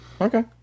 Okay